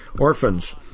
orphans